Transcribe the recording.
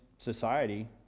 Society